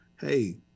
hey